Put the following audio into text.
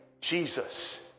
jesus